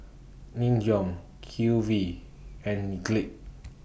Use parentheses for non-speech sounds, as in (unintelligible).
Nin Jiom Q V and (unintelligible)